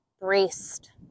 braced